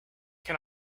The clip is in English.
can